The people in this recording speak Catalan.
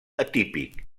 atípic